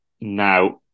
Now